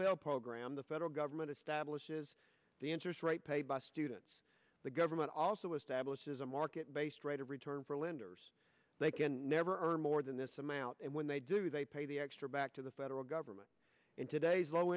failed program the federal government establishes the interest rate paid by students the government also establishes a market based rate of return for lenders they can never earn more than this amount and when they do they pay the extra back to the federal government in today's low